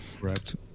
Correct